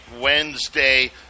Wednesday